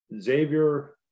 Xavier